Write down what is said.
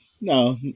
No